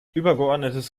übergeordnetes